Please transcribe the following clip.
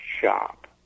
shop